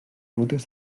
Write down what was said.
rutes